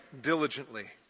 diligently